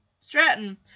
Stratton